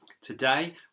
Today